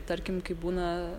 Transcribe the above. tarkim kaip būna